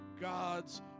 God's